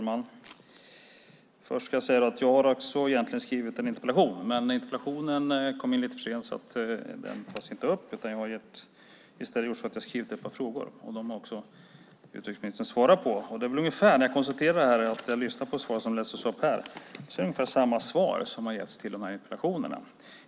Herr talman! Jag skrev också en interpellation. Men den lämnades in lite för sent och tas därför inte upp. Jag har i stället skrivit ett par frågor. De har utrikesministern svarat på. Det svar som lästes upp här är ungefär detsamma som svaren på mina frågor.